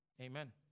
Amen